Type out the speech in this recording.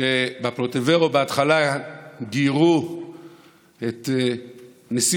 שבפוליטביורו בהתחלה גיירו את נשיא